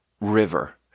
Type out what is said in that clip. river